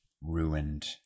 ruined